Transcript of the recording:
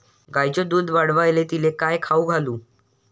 गायीचं दुध वाढवायले तिले काय खाऊ घालू?